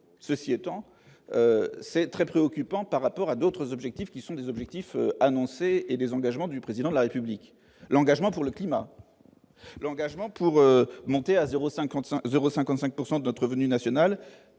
ceci étant, c'est très préoccupant par rapport à d'autres objectifs, qui sont des objectifs annoncés et des engagements du président de la République, l'engagement pour le climat, l'engagement pour monter à 0 55 euros 55 pourcent de notre revenu national,